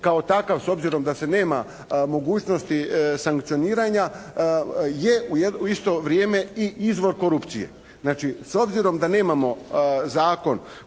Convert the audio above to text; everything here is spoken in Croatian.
kao takav s obzirom da se nema mogućnosti sankcioniranja je u isto vrijeme i izvor korupcije. Znači, s obzirom da nemamo zakon